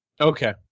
Okay